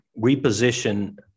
reposition